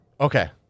Okay